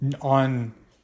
on